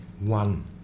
one